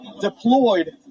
deployed